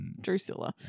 Drusilla